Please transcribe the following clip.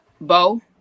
Bo